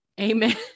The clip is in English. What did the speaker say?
Amen